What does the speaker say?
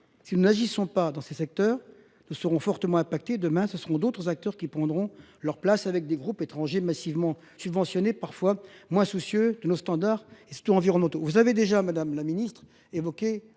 Si nous n'agissons pas dans ces secteurs, Nous serons fortement impactés. Demain, ce seront d'autres acteurs qui prendront leur place avec des groupes étrangers massivement subventionnés, parfois moins soucieux de nos standards et surtout environnementaux. Vous avez déjà, Madame la Ministre, évoqué